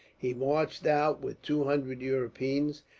he marched out with two hundred europeans,